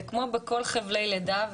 וכמו בכל חבלי לידה,